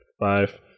five